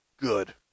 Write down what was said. Good